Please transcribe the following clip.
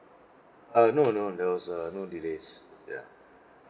uh no no there was uh no delays ya